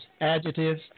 adjectives